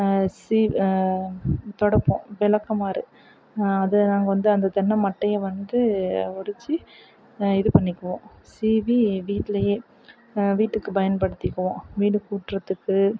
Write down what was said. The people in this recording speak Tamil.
சீ துடப்பம் விளக்கமாறு அது நாங்கள் வந்து அந்த தென்னை மட்டையை வந்து உரித்து இது பண்ணிக்குவோம் சீவி வீட்டிலேயே வீட்டுக்குப் பயன்படுத்திக்குவோம் வீடு கூட்டுறத்துக்கு